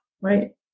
right